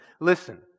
Listen